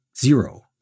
zero